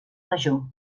major